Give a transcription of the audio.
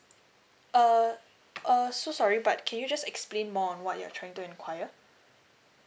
err err so sorry but can you just explain more on what you're trying to enquire